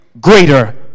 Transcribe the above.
greater